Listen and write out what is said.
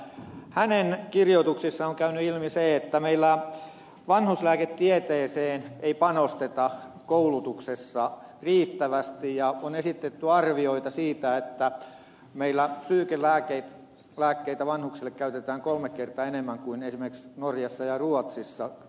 hänen kirjoituksissaan on käynyt ilmi se että meillä vanhuslääketieteeseen ei panosteta koulutuksessa riittävästi ja on esitetty arvioita siitä että meillä psyykenlääkkeitä vanhuksille käytetään kolme kertaa enemmän kuin esimerkiksi norjassa ja ruotsissa